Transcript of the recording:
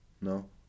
No